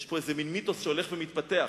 יש פה מין מיתוס שהולך ומתפתח,